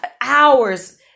hours